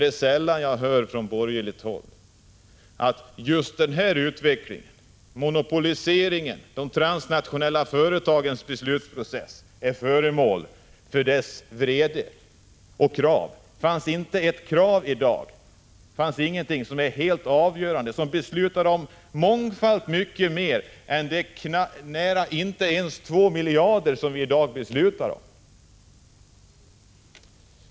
Det är sällan just den här utvecklingen, monopoliseringen, och de transnationella företagens beslutsprocesser är föremål för borgerlighetens vrede. Det ställs inga som helst krav i dag. Ännu fattas det beslut om mångfalt mycket mer än de knappa 2 miljarder som vi i dag skall fatta beslut om.